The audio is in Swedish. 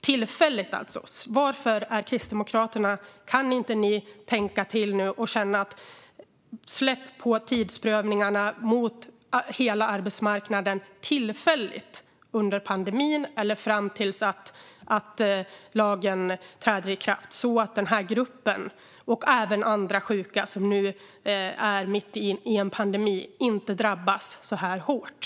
Kan Kristdemokraterna tänka sig att man kan släppa på tidsprövningarna mot hela arbetsmarknaden tillfälligt under pandemin, eller fram tills lagen träder i kraft, så att den här gruppen och även andra sjuka som nu är mitt i en pandemi inte drabbas så här hårt?